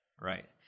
right